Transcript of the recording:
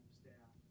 staff